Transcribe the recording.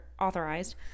authorized